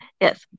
yes